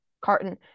carton